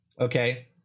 okay